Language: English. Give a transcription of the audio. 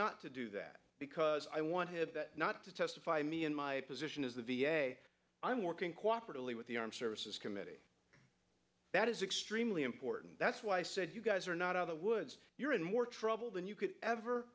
not to do that because i want him not to testify me in my position is the v a i'm working cooperatively with the armed services committee that is extremely important that's why i said you guys are not of the woods you're in more trouble than you could ever